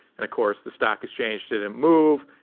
and of course, the stock exchange didn't move.